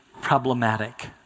problematic